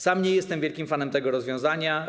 Sam nie jestem wielkim fanem tego rozwiązania.